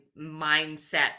mindset